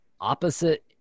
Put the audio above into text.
opposite